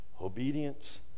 Obedience